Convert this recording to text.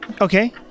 Okay